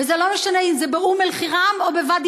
וזה לא משנה אם זה באום-אלחיראן או בוואדי-עארה,